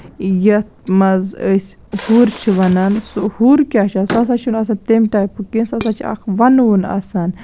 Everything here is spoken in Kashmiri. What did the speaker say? یَتھ منٛز أسۍ ہُرۍ چھِ وَنان سُہ ہُر کیٛاہ چھُ آسان سُہ ہسا چھُنہٕ آسان تَمہِ ٹایپُک کیٚنٛہہ سُہ ہسا چھُ اکھ وَنہٕ وُن آسان